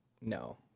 no